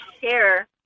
share